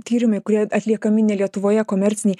tyrimai kurie atliekami ne lietuvoje komerciniai